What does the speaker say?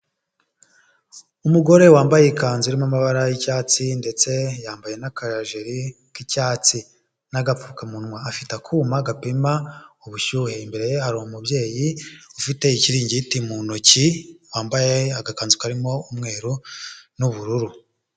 Umugore wambaye ikanzu irimo amabara y'icyatsi ndetse yambaye n'akajiri k'icyatsi n'agapfukamunwa, afite akuma gapima ubushyuhe, imbere ye hari umubyeyi ufite ikiringiti mu ntoki, wambaye agakanzu karimo umweru n'ubururu.